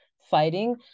fighting